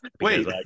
Wait